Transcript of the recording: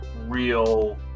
real